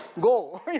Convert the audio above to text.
Go